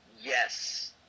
Yes